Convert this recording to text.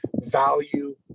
value